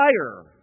fire